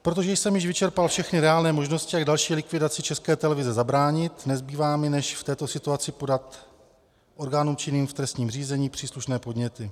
Protože jsem již vyčerpal všechny reálné možnosti, jak další likvidaci České televize zabránit, nezbývá mi, než v této situaci podat orgánům činným v trestním řízení příslušné podněty.